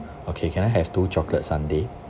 okay can I have two chocolate sundae